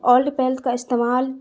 old paint کا استعمال